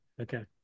Okay